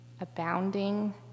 abounding